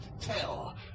tell